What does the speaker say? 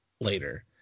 later